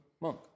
monk